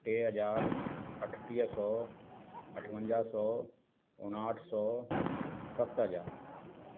टे हज़ार अठटीह सौ अठवंजा सौ उणाहठ सौ सत हज़ार